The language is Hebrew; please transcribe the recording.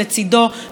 לא בגלל שהוא בג"ץ,